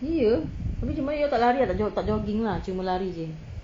iya abeh macam mana you all tak jogging lah cuma lari jer